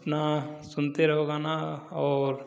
अपना सुनते रहो गाना और